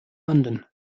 london